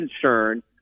concerned